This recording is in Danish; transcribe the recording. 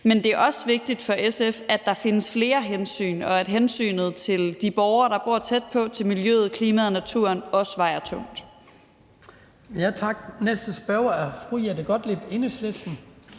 Men det er også vigtigt for SF, at der findes flere hensyn, og at hensynet til de borgere, der bor tæt på, og hensynet til miljøet, klimaet og naturen også vejer tungt.